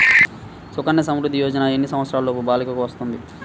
సుకన్య సంవృధ్ది యోజన ఎన్ని సంవత్సరంలోపు బాలికలకు వస్తుంది?